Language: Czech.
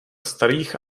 starých